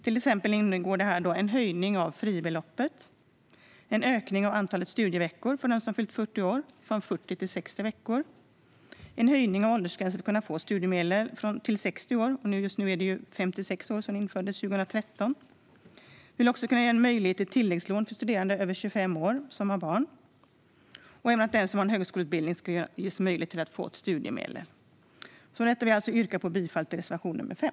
Där ingår till exempel en höjning av fribeloppet, en ökning av antalet extra studieveckor för den som fyllt 40 år från 40 till 60 veckor och en höjning av åldersgränsen för studiemedel till 60 år från dagens åldersgräns 56 år som infördes 2013. Vi vill också ge möjlighet till tilläggslån för studerande över 25 år som har barn och även ge möjlighet för den som sedan tidigare har en högskoleutbildning att få studiemedel. Jag yrkar alltså bifall till reservation nr 5.